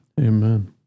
Amen